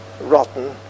rotten